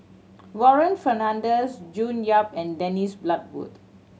Warren Fernandez June Yap and Dennis Bloodworth